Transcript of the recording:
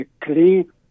clean